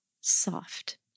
soft